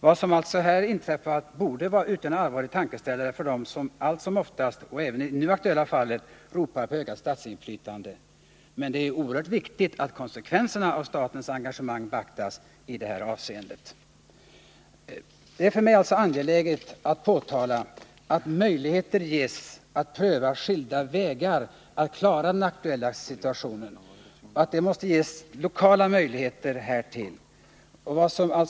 Vad som här har inträffat borde utgöra en allvarlig tankeställare för dem som allt som oftast och även i det nu aktuella fallet ropar på ökat statsinflytande. Det är oerhört viktigt att konsekvenserna av statens engagemang beaktas i det här avseendet. Jag finner det angeläget att framhålla att man på lokal nivå i Boråsbygden måste ges möjligheter att klara den här situationen.